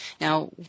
Now